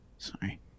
Sorry